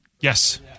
Yes